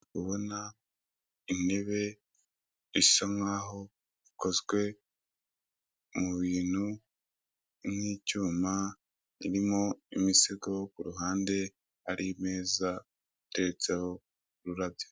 Ndi kubona intebe isa nk'aho ikozwe mu bintu nk'icyuma irimo imisego ku ruhande hari imeza iteretseho ururabyo.